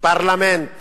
פרלמנט